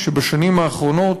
הישראלים, שבשנים האחרונות